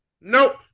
nope